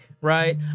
right